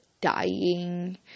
dying